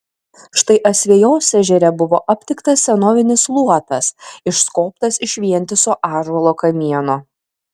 štai asvejos ežere buvo aptiktas senovinis luotas išskobtas iš vientiso ąžuolo kamieno